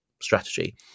strategy